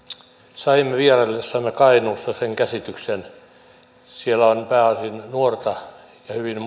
saimme vieraillessamme kainuussa sen käsityksen siellä on pääasiassa nuorta ja hyvin